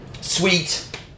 Sweet